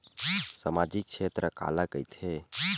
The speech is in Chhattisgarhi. सामजिक क्षेत्र काला कइथे?